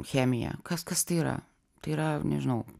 chemija kas kas tai yra tai yra nežinau